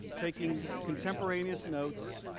taking contemporaneous notes,